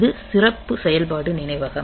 இது சிறப்பு செயல்பாடு நினைவகம்